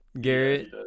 Garrett